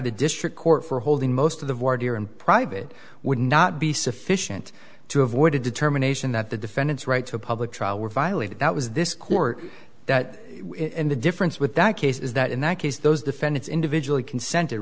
the district court for holding most of the border and private would not be sufficient to avoid a determination that the defendant's right to a public trial were violated that was this court that the difference with that case is that in that case those defendants individually consented